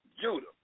Judah